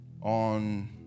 on